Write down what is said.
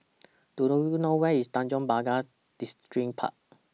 Do YOU know know Where IS Tanjong Pagar Distripark